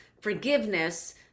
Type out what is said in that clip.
forgiveness